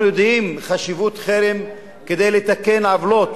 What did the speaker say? אנחנו יודעים את החשיבות של חרם כדי לתקן עוולות,